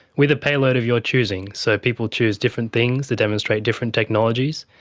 with a payload of your choosing, so people choose different things to demonstrate different technologies.